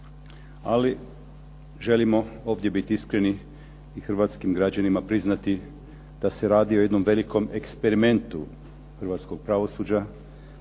ali želimo ovdje biti iskreni i hrvatskim građanima priznati da se radi o jednom velikom eksperimentu hrvatskog pravosuđa,